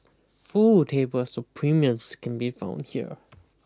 full tables of premiums can be found here